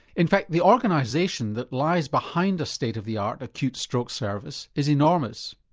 in fact the organisation that lies behind a state of the art acute stroke service is enormous.